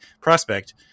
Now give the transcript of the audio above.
prospect